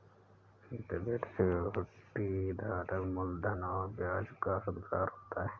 डेब्ट सिक्योरिटी धारक मूलधन और ब्याज का हक़दार होता है